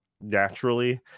naturally